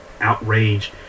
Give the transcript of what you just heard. outrage